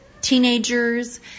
teenagers